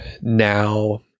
now